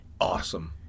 Awesome